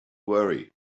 worry